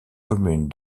communes